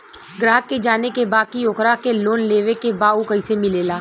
ग्राहक के ई जाने के बा की ओकरा के लोन लेवे के बा ऊ कैसे मिलेला?